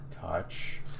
Touch